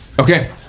okay